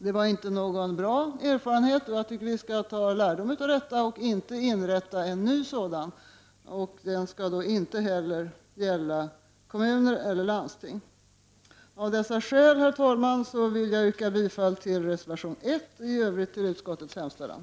Det var inte någon bra erfarenhet, och jag tycker att man skall ta lärdom av detta och inte inrätta en ny akutmottagning, inte heller för kommuner eller landsting. Av dessa skäl, herr talman, vill jag yrka bifall till reservation 1 och i övrigt till utskottets hemställan.